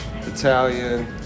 Italian